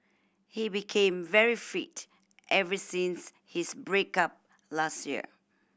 he became very fit ever since his break up last year